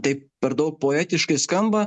tai per daug poetiškai skamba